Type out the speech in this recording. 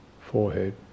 forehead